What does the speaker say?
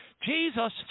Jesus